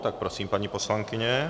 Tak prosím, paní poslankyně.